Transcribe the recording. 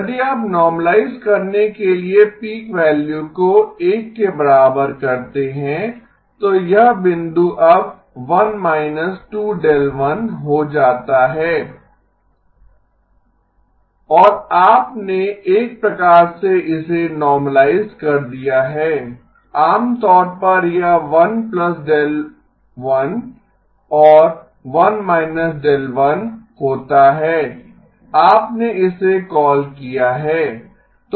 यदि आप नोर्मलाइज करने के लिए पीक वैल्यू को 1 के बराबर करते हैं तो यह बिंदु अब 1−2 δ 1 हो जाता है आपने एक प्रकार से इसे नोर्मलाइज कर दिया है आमतौर पर यह 1δ1 और 1 δ1 होता है आपने इसे कॉल किया है